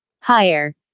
higher